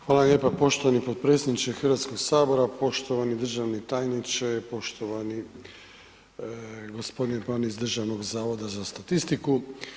Hvala lijepa poštovani potpredsjedniče Hrvatskog sabora, poštovani državni tajniče, poštovani gospodine ... iz Državnog zavoda za statistiku.